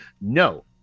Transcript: no